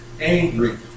angry